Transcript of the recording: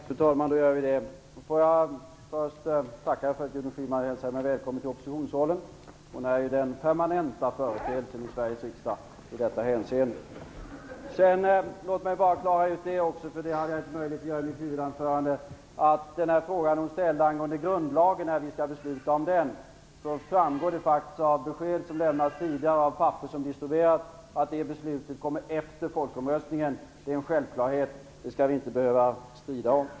Fru talman! Får jag först tacka för att Gudrun Schyman hälsade mig välkommen i oppositionsrollen. Hon är ju den permanenta företeelsen i Sveriges riksdag i detta hänseende. Låt mig klara ut den fråga som Gudrun Schyman ställde angående när vi skall besluta om grundlagen. Det framgår av ett tidigare lämnat besked att det beslutet kommer efter folkomröstningen. Det är en självklarhet, och det skall vi inte behöva strida om.